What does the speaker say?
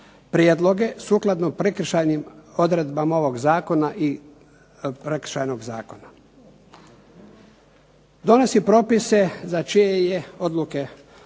prijedloge sukladno prekršajnim odredbama ovog zakona i prekršajnog zakona. Donosi propise za čije je odluke,